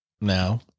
now